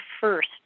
first